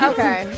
Okay